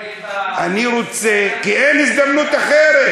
אני רוצה, למה, כי אין הזדמנות אחרת.